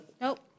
Nope